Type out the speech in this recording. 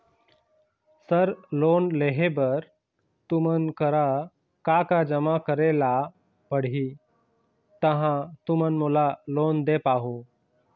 Sir loan लेहे बर तुमन करा का का जमा करें ला पड़ही तहाँ तुमन मोला लोन दे पाहुं?